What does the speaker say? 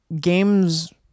games